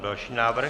Další návrh.